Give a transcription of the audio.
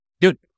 Dude